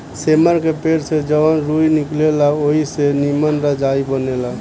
सेमर के पेड़ से जवन रूई निकलेला ओई से निमन रजाई बनेला